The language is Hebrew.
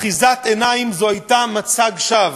אחיזת עיניים זה היה מצג שווא.